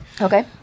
Okay